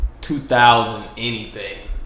2000-anything